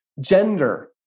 Gender